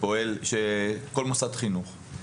כל מוסד חינוך.